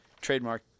Trademark